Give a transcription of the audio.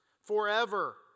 Forever